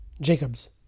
Jacobs